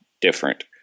different